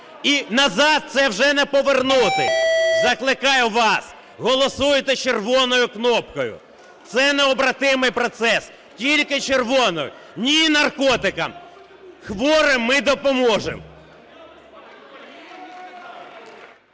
І назад це вже не повернути! Закликаю вас, голосуйте червоною кнопкою. Це необратимий процес. Тільки червоною. Ні – наркотикам! Хворим ми допоможемо.